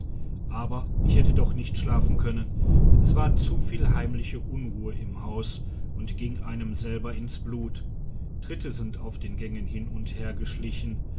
aber ich hätte doch nicht schlafen können es war zu viel heimliche unruhe im haus und ging einem selber ins blut tritte sind auf den gängen hin und her geschlichen